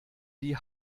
die